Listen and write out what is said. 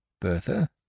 Bertha